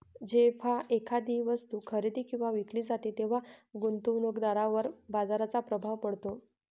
जेव्हा एखादी वस्तू खरेदी किंवा विकली जाते तेव्हा गुंतवणूकदारावर बाजाराचा प्रभाव पडतो